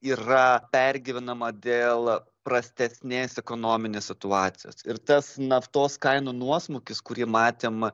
yra pergyvenama dėl prastesnės ekonominės situacijos ir tas naftos kainų nuosmukis kurį matėm